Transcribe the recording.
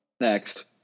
next